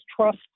trust